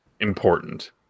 important